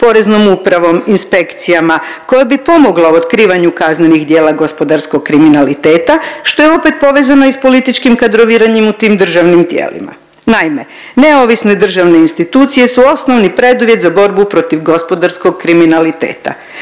Poreznom upravom, inspekcijama koje bi pomogla u otkrivanju kaznenih djela gospodarskog kriminaliteta što je opet povezano i s političkim kadroviranjem u tim državnim tijelima. Naime, neovisne državne institucije su osnovni preduvjet za borbu protiv gospodarskog kriminaliteta.